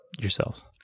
yourselves